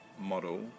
model